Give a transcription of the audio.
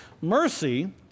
mercy